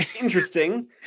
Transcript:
interesting